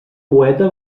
poeta